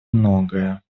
многое